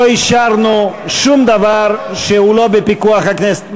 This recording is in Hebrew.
לא אישרנו שום דבר שהוא לא בפיקוח הכנסת.